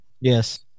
Yes